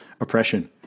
oppression